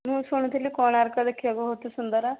ମୁଁ ଶୁଣିଥିଲି କୋଣାର୍କ ଦେଖିବାକୁ ବହୁତ ସୁନ୍ଦର